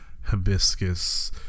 hibiscus